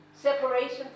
separation